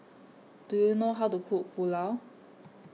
Do YOU know How to Cook Pulao